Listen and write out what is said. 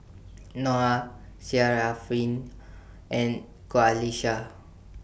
Noah and Qalisha